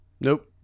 Nope